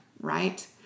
right